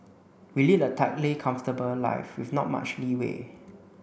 we lead a tightly comfortable life with not much leeway